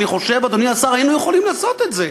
אני חושב שהיינו יכולים לעשות את זה,